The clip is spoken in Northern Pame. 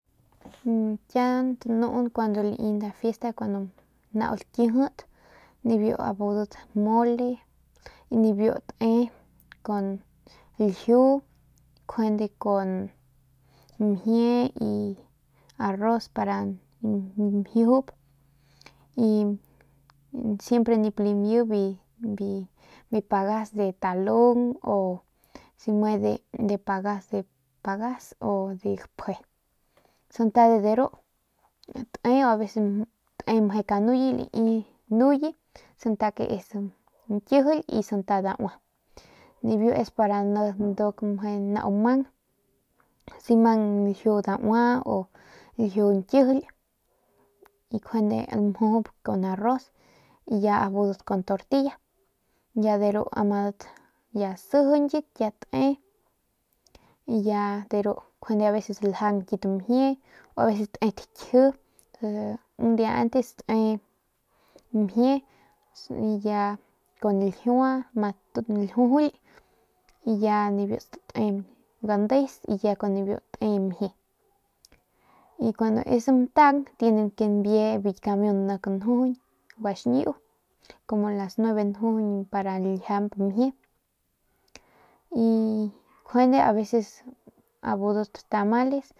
Kian tanun kuando lai nda fiesta cuando nau lakijit biu budat mole y nibiu te con ljiu njuande con te kun mjie y arroz para mjiujup y siempre nip lami biu bi bi pagas de talung o ru pagas de pagas o de gapje santa de ru te y aveces te mje kanuye y nuye santa ke es santa ñkijily y santa daua biu es para meje nduk nau mang si mang lju daua y lju ñkijil y njuande mjup kun arroz y ya bus con tortilla y de ru amadat ya sijiñat ya te y ya ru aveces ljaung kit mjie o aveces te takji un dia antes te mjie y ya kun ljiua ma ljujuly y ya kun nibiu state gandeus y ya kun nibiu te mjie y si es ntaung tiene ke nbie biu ki camiun biu nik njuñ guaxñiu como las 9 njujuñ para nljiap mjie y njuande aveces abudat tamales.